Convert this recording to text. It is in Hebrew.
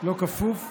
שלו כפוף העובד,